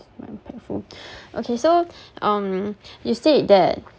not impactful okay so um you said that